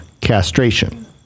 castration